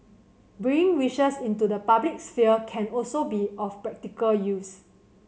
bringing wishes into the public sphere can also be of practical use